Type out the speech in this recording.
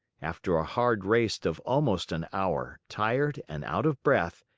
after a hard race of almost an hour, tired and out of breath,